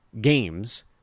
games